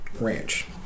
Ranch